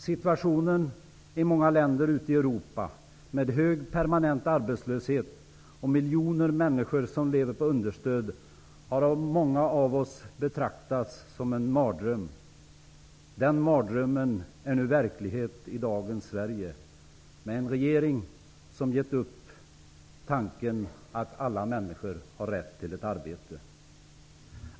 Situationen i många länder ute i Europa, med hög permanent arbetslöshet och människor som lever på understöd, har av många av oss betraktats som en mardröm. Den mardrömmen är nu verklighet i dagens Sverige, med en regering som gett upp tanken att alla människor har rätt till ett arbete.